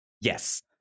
yes